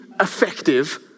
effective